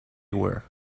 were